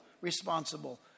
responsible